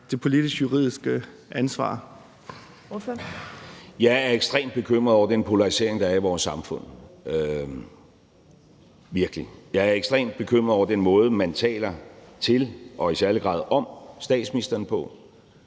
Løkke Rasmussen (M): Jeg er ekstremt bekymret over den polarisering, der er i vores samfund – virkelig. Jeg er ekstremt bekymret over den måde, man taler til og i særlig grad om statsministeren på,